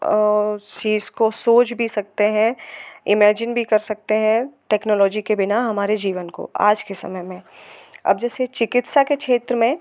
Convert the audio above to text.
इस को सोच भी सकते हैं इमैजिन भी कर सकते हैं टक्नोलॉजी के बिना हमारे जीवन को आज के समय में अब जैसे चिकित्सा के क्षेत्र में